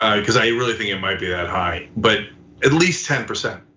because i really think it might be that high but at least ten percent